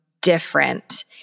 different